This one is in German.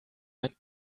man